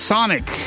Sonic